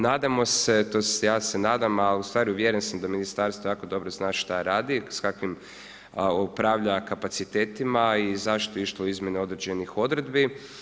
Nadamo se, tj. ja se nadam, ali ustvari uvjeren sam da ministarstvo jako dobro zna šta radi, s kakvim upravlja kapacitetima i zašto je išlo u izmjene određenih odredbi.